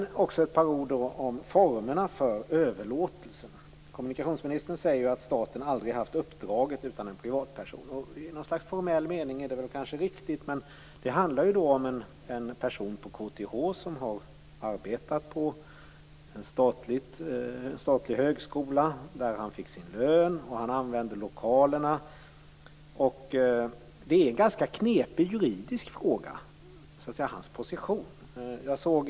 Jag vill också säga några ord om formerna för överlåtelsen. Kommunikationsministern säger att staten aldrig har haft det här uppdraget utan att det är en privatperson som har haft det. I ett slags formell mening är det kanske riktigt. Det handlar om en person på KTH som har arbetat på en statlig högskola där han fick sin lön och kunde använda lokalerna. Hans position så att säga är juridiskt en ganska knepig fråga.